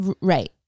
Right